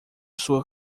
sua